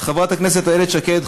חברת הכנסת איילת שקד,